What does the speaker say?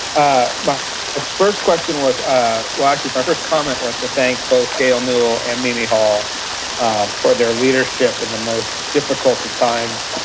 ah my ah first question was ah well actually my first comment was to thank both gail newel and mimi hall for their leadership in the most difficult of times.